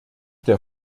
der